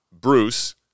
Bruce